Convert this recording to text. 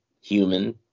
human